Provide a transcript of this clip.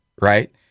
right